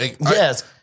Yes